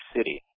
City